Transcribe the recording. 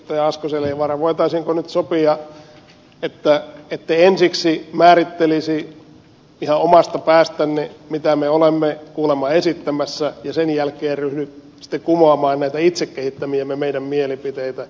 asko seljavaara voitaisiinko nyt sopia että ette ensiksi määrittelisi ihan omasta päästänne mitä me olemme kuulemma esittämässä ja sen jälkeen ryhdy sitten kumoamaan näitä itse kehittämiänne meidän mielipiteitämme